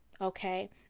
okay